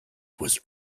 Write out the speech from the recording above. was